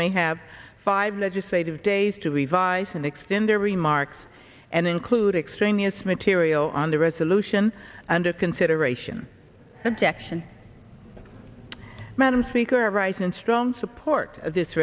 may have five legislative days to revise and extend their remarks and include extraneous material on the resolution under consideration objection madam speaker rising and strong support of this